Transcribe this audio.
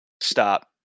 Stop